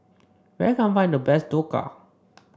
where can I find the best Dhokla